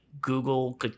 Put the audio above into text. Google